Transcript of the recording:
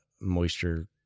moisture